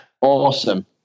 Awesome